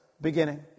beginning